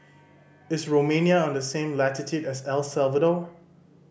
is Romania on the same latitude as El Salvador